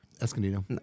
Escondido